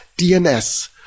DNS